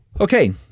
Okay